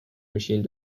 machine